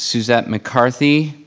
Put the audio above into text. suzette mccarthy.